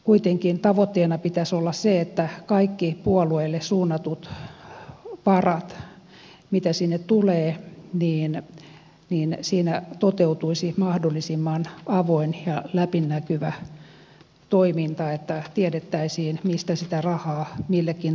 kuitenkin tavoitteena pitäisi olla se että kaikkien puolueille suunnattujen sinne tulevien varojen osalta toteutuisi mahdollisimman avoin ja läpinäkyvä toiminta että tiedettäisiin mistä sitä rahaa millekin taholle tulee